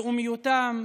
לאומיותם,